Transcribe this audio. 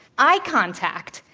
eye contact,